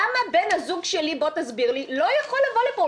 למה בן הזוג שלי, בוא תסביר לי, לא יכול לבוא לפה?